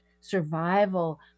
survival